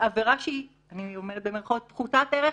עבירה "פחותת ערך",